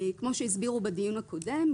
כמו שהסבירו בדיון הקודם,